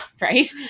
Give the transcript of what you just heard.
right